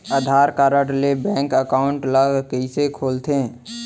आधार card ले bank account ल कइसे खोलथे?